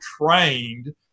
trained